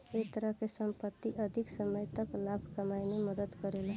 ए तरह के संपत्ति अधिक समय तक लाभ कमाए में मदद करेला